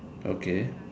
okay